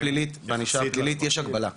479 תיקים הבשילו לכדי כתב אישום.